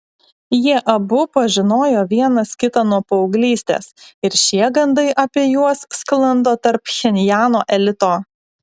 jie abu pažinojo vienas kitą nuo paauglystės ir šie gandai apie juos sklando tarp pchenjano elito